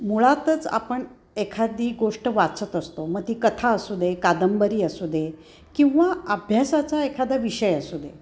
मुळातच आपण एखादी गोष्ट वाचत असतो मग ती कथा असू दे कादंबरी असू दे किंवा अभ्यासाचा एखादा विषय असू दे